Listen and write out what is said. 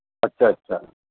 अच्छा अच्छा